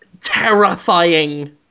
terrifying